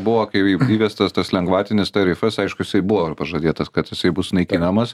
buvo kai įvestas tas lengvatinis tarifas aišku jisai buvo ir pažadėtas kad jisai bus naikinamas